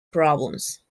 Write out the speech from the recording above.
problems